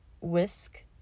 whisk